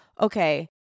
okay